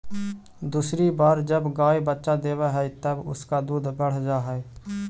दूसरी बार जब गाय बच्चा देवअ हई तब उसका दूध बढ़ जा हई